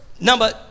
number